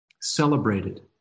Celebrated